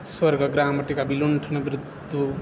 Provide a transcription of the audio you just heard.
स्वर्गग्रामटिकाविलुण्ठनवृथो